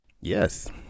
Yes